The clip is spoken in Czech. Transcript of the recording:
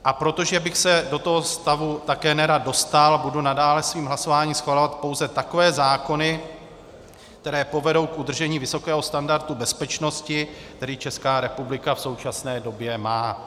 A protože bych se do toho stavu také nerad dostal, budu nadále svým hlasováním schvalovat pouze takové zákony, které povedou k udržení vysokého standardu bezpečnosti, který Česká republika v současné době má.